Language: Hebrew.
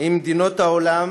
עם מדינות העולם